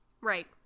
Right